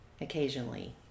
occasionally